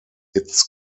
its